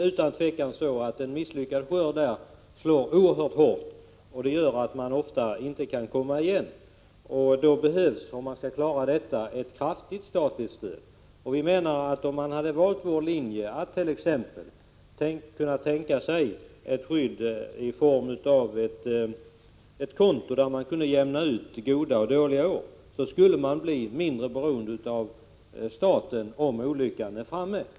Utan tvivel slår en misslyckad skörd där oerhört hårt och gör ofta att man inte kan komma igen. För att klara detta problem krävs ett kraftigt statligt stöd. Vi menar att om man hade valt vår linje och kunnat tänka sig t.ex. ett skydd i form av ett konto där man kunde jämna ut mellan goda och dåliga år, skulle odlarna bli mindre beroende av staten om olyckan är framme.